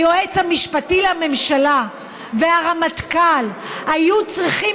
היועץ המשפטי לממשלה והרמטכ"ל היו צריכים